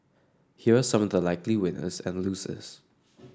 here are some of the likely winners and losers